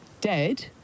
dead